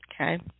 okay